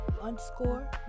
underscore